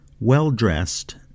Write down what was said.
well-dressed